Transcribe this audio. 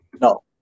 No